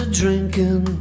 drinking